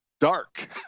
dark